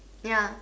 ya